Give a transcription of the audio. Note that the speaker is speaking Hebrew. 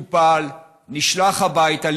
טופל, נשלח הביתה.